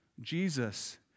Jesus